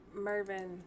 Mervin